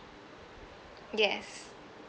yes